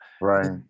Right